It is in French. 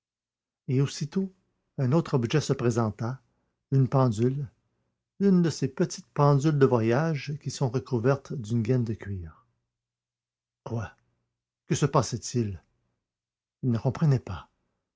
et aussitôt un autre objet se présenta une pendule une de ces petites pendules de voyage qui sont recouvertes d'une gaine de cuir quoi que se passait-il il ne comprenait pas